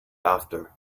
after